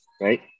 right